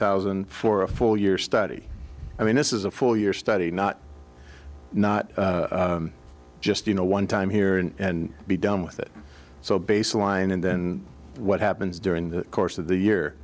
thousand for a full year study i mean this is a full year study not not just you know one time here and be done with it so baseline and then what happens during the course of the year